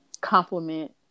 compliment